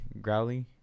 growly